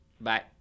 Bye